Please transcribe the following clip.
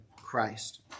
Christ